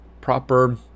proper